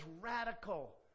radical